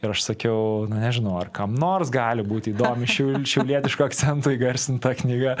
ir aš sakiau na nežinau ar kam nors gali būti įdomi šiul šiaulietiško akcento įgarsinta knyga